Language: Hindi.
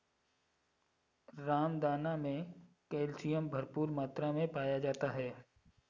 रामदाना मे कैल्शियम भरपूर मात्रा मे पाया जाता है